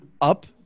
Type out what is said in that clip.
up